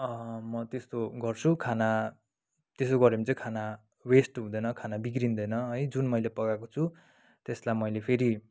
म त्यस्तो गर्छु खाना त्यसो गऱ्यो भने चाहिँ खाना वेस्ट हुँदैन खाना बिग्रिन्दैन है जुन मैले पकाएको छु त्यसलाई मैले फेरि